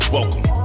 Welcome